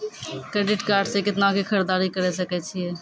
Credit card से कितना के खरीददारी करे सकय छियै?